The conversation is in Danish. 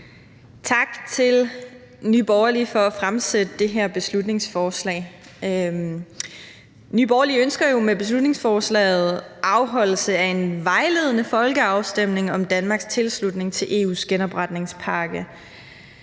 tak til Nye Borgerlige for at fremsætte det her beslutningsforslag. Nye Borgerlige ønsker jo med beslutningsforslaget afholdelse af en vejledende folkeafstemning om Danmarks tilslutning til EU's genopretningspakke.